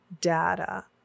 data